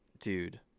dude